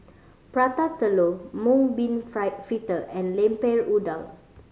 Prata Telur mung bean fried fritter and Lemper Udang